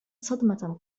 صدمة